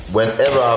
Whenever